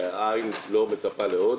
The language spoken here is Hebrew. והעין לא מצפה לעוד.